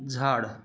झाड